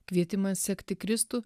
kvietimas sekti kristų